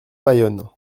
bayonne